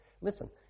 listen